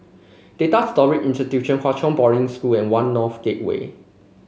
Data Storage Institute Hwa Chong Boarding School and One North Gateway